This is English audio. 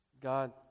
God